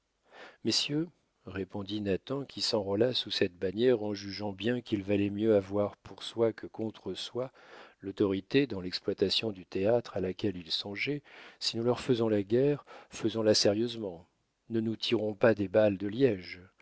messieurs répondit nathan qui s'enrôla sous cette bannière en jugeant bien qu'il valait mieux avoir pour soi que contre soi l'autorité dans l'exploitation du théâtre à laquelle il songeait si nous leur faisons la guerre faisons la sérieusement ne nous tirons pas des balles de liége